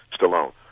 Stallone